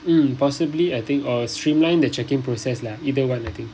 mm possibly I think or streamline the check-in process lah either one I think